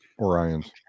Orions